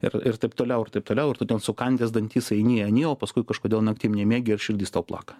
ir ir taip toliau ir taip toliau ir tu ten sukandęs dantis eini eini o paskui kažkodėl naktim nemiegi ir širdis tau plaka